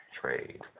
Trade